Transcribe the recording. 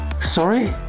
Sorry